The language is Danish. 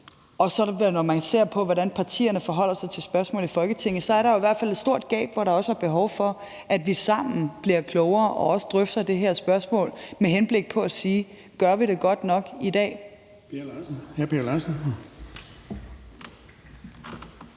også ser på, hvordan partierne forholder sig til spørgsmålet i Folketinget, er der jo i hvert fald et stort gab, hvor der også er behov for, at vi sammen bliver klogere og også drøfter det her spørgsmål med henblik på at sige: Gør vi det godt nok i dag?